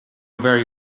very